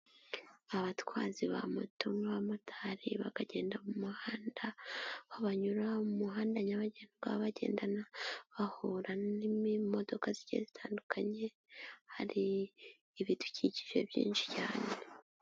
Abatwazi ba moto nk'amatari bakagenda mu muhanda, aho banyura mu muhanda nyabagendwa, bagendana bahura n'imodoka zigiye zitandukanye, hari ibidukikije byinshi cyane.